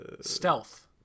stealth